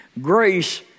grace